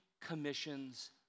commissions